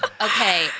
okay